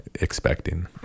expecting